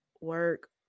work